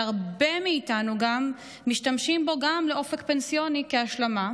שהרבה מאיתנו משתמשים בו גם לאופק פנסיוני כהשלמה,